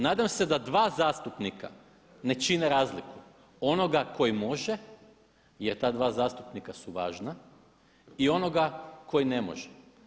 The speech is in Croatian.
Nadam se da dva zastupnika ne čine razliku onoga koji može jer ta dva zastupnika su važna i onoga koji ne može.